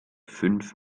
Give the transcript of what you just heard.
fünf